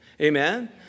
amen